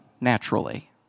naturally